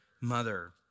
mother